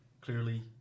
clearly